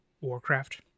Warcraft